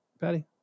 Patty